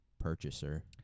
purchaser